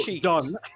done